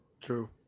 True